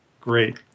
Great